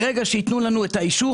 ברגע שייתנו לנו את האישור,